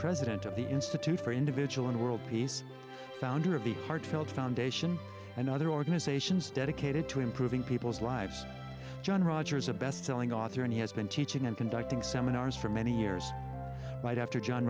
president of the institute for individual and world peace founder of the heartfelt foundation and other organizations dedicated to improving people's lives john rogers a bestselling author and he has been teaching and conducting seminars for many years but after john